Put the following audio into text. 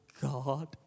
God